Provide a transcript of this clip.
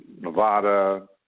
Nevada